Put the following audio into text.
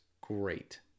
great